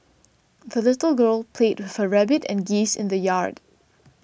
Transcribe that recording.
the little girl played with her rabbit and geese in the yard